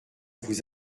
vous